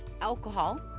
alcohol